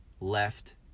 left